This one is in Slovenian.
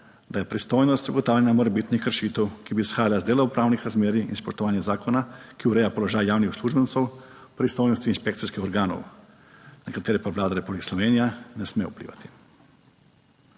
da je pristojnost ugotavljanja morebitnih kršitev, ki bi izhajale iz delovnopravnih razmerij in spoštovanja zakona, ki ureja položaj javnih uslužbencev, v pristojnosti inšpekcijskih organov, na katere pa Vlada Republike Slovenije ne sme vplivati.